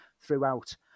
throughout